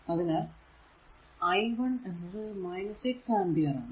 അതിനാൽ i 1 എന്നത് 6 ampere ആണ്